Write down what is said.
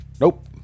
Nope